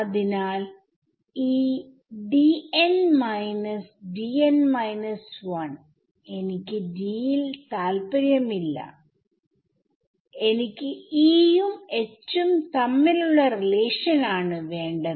അതിനാൽ ഈ എനിക്ക് D യിൽ താല്പര്യം ഇല്ല എനിക്ക് E യും H ഉം തമ്മിലുള്ള റിലേഷൻ ആണ് വേണ്ടത്